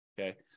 Okay